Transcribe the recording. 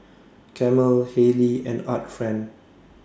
Camel Haylee and Art Friend